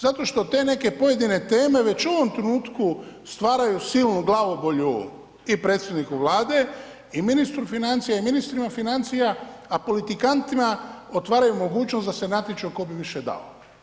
Zato što te neke pojedine teme već u ovom trenutku stvaraju silnu glavobolju i predsjedniku Vlade i ministru financija i ministrima financija a politikantima otvaraju mogućnost da se natječu tko bi više dao.